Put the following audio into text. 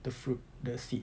the fruit the seed